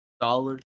Dollar